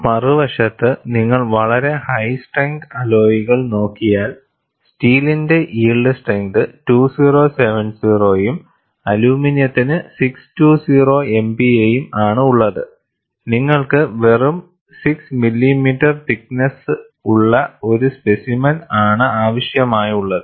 മറുവശത്ത് നിങ്ങൾ വളരെ ഹൈ സ്ട്രെങ്ത് അലോയ്കൾ നോക്കിയാൽ സ്റ്റീലിന്റെ യിൽഡ് സ്ട്രെങ്ത് 2070 യും അലുമിനിയത്തിന് 620 MPa യും ആണ് ഉള്ളത്നിങ്ങൾക്ക് വെറും 6 മില്ലിമീറ്റർ തിക്നെസ്സ് ഉള്ള ഒരു സ്പെസിമെൻ ആണ് ആവശ്യമായുള്ളത്